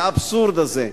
לאבסורד הזה.